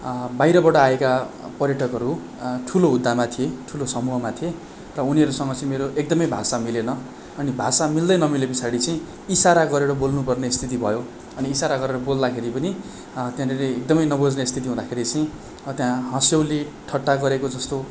बाहिरबाट आएका पर्यटकहरू ठुलो हुद्दामा थिए ठुलो समूहमा थिए र उनीहरूसँग चाहिँ मेरो एकदम भाषा मिलेन अनि भाषा मिल्दै नमिले पछाडि चाहिँ इसारा गरेर बोल्नु पर्ने स्थिति भयो अनि इसारा गरेर बोल्दाखेरि पनि त्यहाँनेरि एकदम नबुझ्ने स्थिति हुँदाखेरि चाहिँ त्यहाँ हँस्यौली ठट्टा गरेको जस्तो